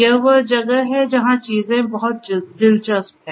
यह वह जगह है जहाँ चीजें बहुत दिलचस्प हैं